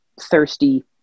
thirsty